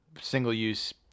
single-use